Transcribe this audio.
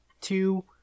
two